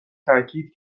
تاکید